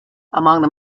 among